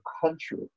country